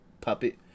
puppet